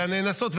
הנאנסות,